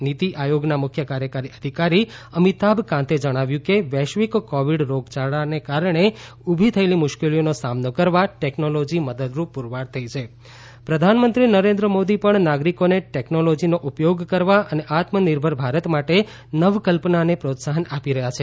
નીતિ આયોગના મુખ્ય કાર્યકારી અધિકારી અમિતાભ કાંતે જણાવ્યું કે વૈશ્વિક કોવિડ રોગયાળાને કારણે ઊભી થયેલી મુશ્કેલીઓનો સામનો કરવા ટેકનોલોજી મદદરૂપ પૂરવાર થઇ છ પ્રધાનમંત્રી નરેન્દ્ર મોદી પણ નાગરિકોને ટેકનોલોજીનો ઉપયોગ કરવા અને આત્મનિર્ભર ભારત માટે નવકલ્પનાને પ્રોત્સાહન આપી રહ્યા છે